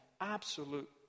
absolute